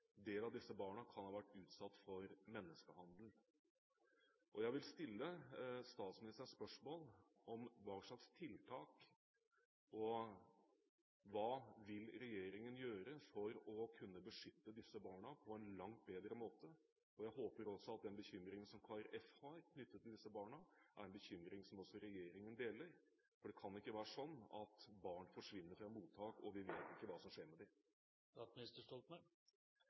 av disse barna kan ha vært utsatt for menneskehandel. Jeg vil stille statsministeren spørsmål om hva slags tiltak regjeringen vil gjøre for å kunne beskytte disse barna på en langt bedre måte. Jeg håper også at den bekymringen som Kristelig Folkeparti har knyttet til disse barna, er en bekymring regjeringen deler, for det kan ikke være sånn at barn forsvinner fra mottak og vi ikke vet hva som skjer med